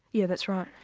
yeah that's right.